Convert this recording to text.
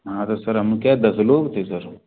हाँ तो सर हम क्या दस लोग थे सर